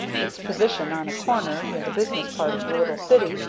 its position on a corner near the business part of the little city,